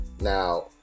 Now